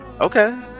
Okay